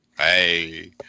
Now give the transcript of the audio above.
hey